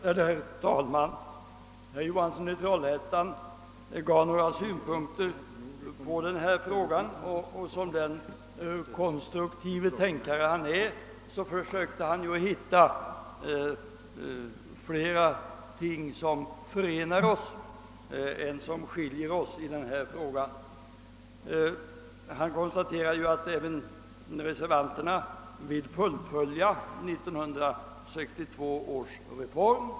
Herr talman! När herr Johansson i Trollhättan anlade några synpunkter på förevarande ärende försökte han som den konstruktive tänkare han är finna flera ting som förenar oss än som skiljer oss åt i denna fråga. Han konstaterade att även reservanterna önskar fullfölja 1962 års reform.